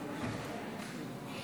מתנגדים.